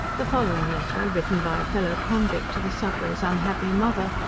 the following letter, written by a fellow convict to the sufferer's unhappy mother,